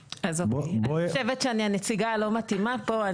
אני חושבת שאני הנציגה הלא מתאימה פה.